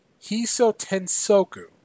Hisotensoku